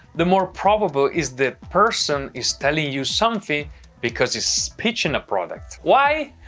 the more probable is the person is telling you something because he's pitching a product. why?